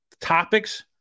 topics